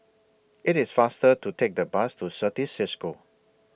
IT IS faster to Take The Bus to Certis CISCO